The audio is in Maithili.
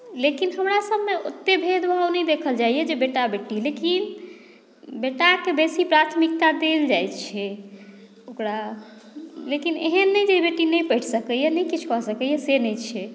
लेकिन हमरासभमे ओतेक भेदभाव नहि देखल जाइए जे बेटा बेटी लेकिन बेटाकेँ बेसी प्राथमिकता देल जाइत छै ओकरा लेकिन एहन नहि जे बेटी नहि पढ़ि सकैए नहि किछु कऽ सकैए से नहि छै